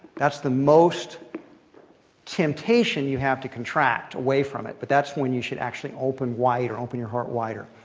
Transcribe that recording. that's the most temptation you have to contract away from it. but that's when you should actually open wider, open your heart wider.